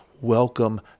welcome